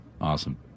Awesome